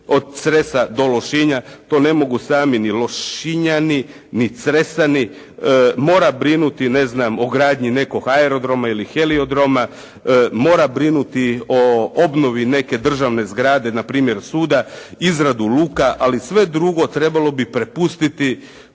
od Cresa do Lošinja. To ne mogu sami ni Lošinjani, ni Cresani, mora brinuti ne znam o gradnji nekog aerodroma ili heliodroma, mora brinuti o obnovi neke državne zgrade npr. suda, izradu luka, ali sve drugo trebalo bi prepustiti